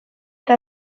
eta